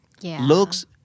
Looks